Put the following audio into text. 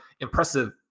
impressive